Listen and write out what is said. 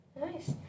Nice